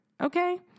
Okay